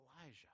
Elijah